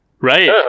Right